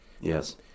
Yes